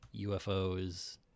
ufos